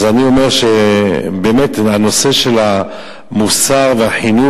אז אני אומר שהנושא של המוסר והחינוך,